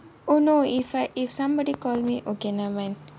oh no if I if somebody call me okay never mind